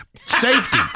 Safety